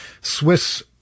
Swiss